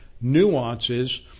nuances